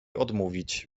odmówić